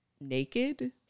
naked